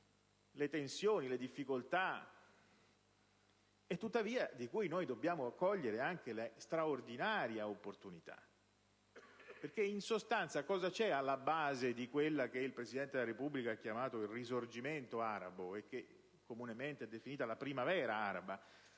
le tensioni e le difficoltà, ma del quale tuttavia dobbiamo cogliere anche la straordinaria opportunità. In sostanza, cosa c'è alla base di quello che il Presidente della Repubblica ha chiamato il Risorgimento arabo (mentre comunemente è definito come la "primavera araba")?